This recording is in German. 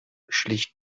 schlicht